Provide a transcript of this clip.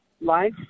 life